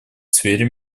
сфере